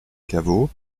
caveau